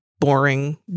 boring